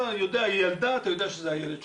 אתה יודע, היא ילדה, אתה יודע שזה הילד שלה.